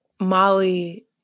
Molly